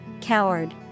Coward